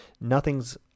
nothing's